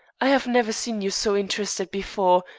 i have never seen you so interested before,